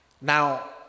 Now